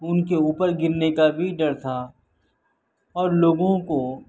ان کے اوپر گرنے کا بھی ڈر تھا اور لوگوں کو